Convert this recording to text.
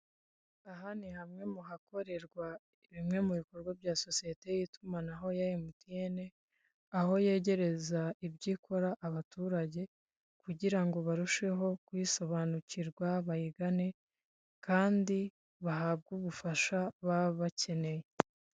Aha ni hamwe mu hakorerwa bimwe mu bikorwa bya sosiyete y'itumanaho ya MTN, aho yegereza ibyo ikora abaturage kugira ngo barusheho kuyisobanukirwa bayigane kandi bahabwe ubufasha baba bakeneye.